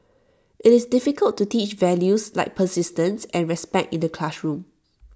IT is difficult to teach values like persistence and respect in the classroom